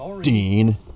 Dean